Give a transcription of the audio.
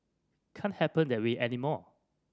can't happen that way anymore